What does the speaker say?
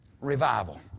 Revival